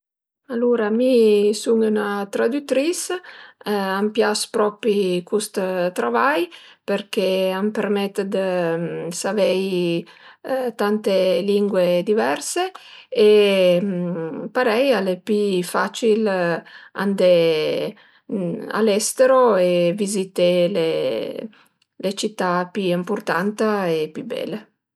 Alura mi sun üna tradütris, a m'pias propi cust travai përché a m'permet dë savei tante lingue diverse e parei al e pi facil andé a l'estero e vizité le cità pi ëmpurtanta e pi bele